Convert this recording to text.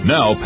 Now